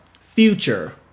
future